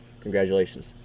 Congratulations